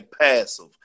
passive